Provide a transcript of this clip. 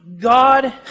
God